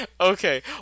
okay